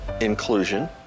inclusion